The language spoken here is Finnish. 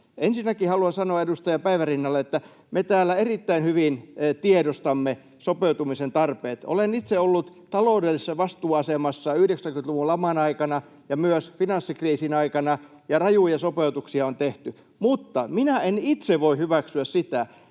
Ensinnäkin haluan sanoa edustaja Päivärinnalle, että me täällä erittäin hyvin tiedostamme sopeutumisen tarpeet. Olen itse ollut taloudellisessa vastuuasemassa 90-luvun laman aikana ja myös finanssikriisin aikana, ja rajuja sopeutuksia on tehty. Mutta minä en itse voi hyväksyä sitä,